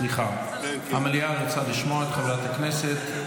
סליחה, המליאה רוצה לשמוע את חברת הכנסת.